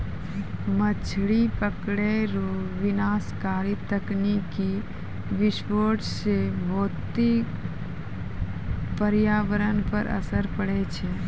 मछली पकड़ै रो विनाशकारी तकनीकी विस्फोट से भौतिक परयावरण पर असर पड़ै छै